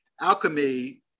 alchemy